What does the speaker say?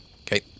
Okay